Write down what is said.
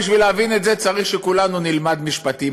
בשביל להבין את זה צריך שכולנו נלמד משפטים,